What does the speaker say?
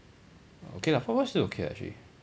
okay lah four point still okay ah actually